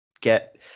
get